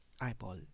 eyeball